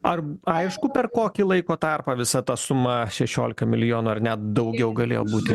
ar aišku per kokį laiko tarpą visa ta suma šešiolika milijonų ar net daugiau galėjo būti